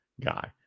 guy